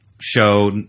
Show